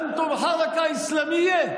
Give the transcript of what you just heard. אתם מפלגה אסלאמית?)